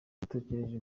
dutegereje